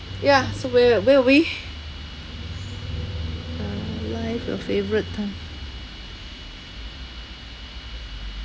ya so where where were we uh life you favourite time